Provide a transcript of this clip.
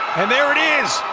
and there it is!